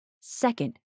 Second